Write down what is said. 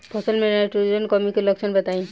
फसल में नाइट्रोजन कमी के लक्षण बताइ?